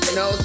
no